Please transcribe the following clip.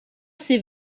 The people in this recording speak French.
ces